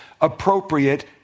appropriate